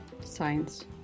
Science